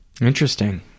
interesting